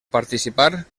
participar